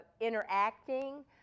interacting